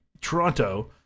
Toronto